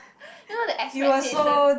you know the expectation